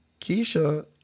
keisha